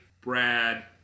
brad